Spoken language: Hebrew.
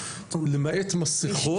למעט מסכות.